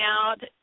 out